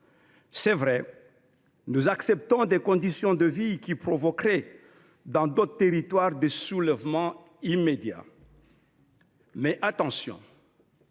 C’est vrai : nous acceptons des conditions de vie qui provoqueraient dans d’autres territoires des soulèvements immédiats. Mais attention :